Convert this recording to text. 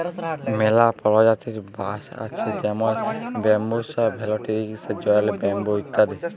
ম্যালা পরজাতির বাঁশ আছে যেমল ব্যাম্বুসা ভেলটিরিকসা, জায়েল্ট ব্যাম্বু ইত্যাদি